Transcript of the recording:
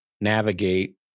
navigate